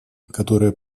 которые